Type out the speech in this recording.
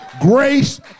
Grace